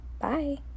bye